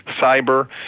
cyber